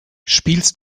spielst